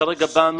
כרגע,